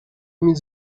emile